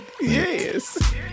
Yes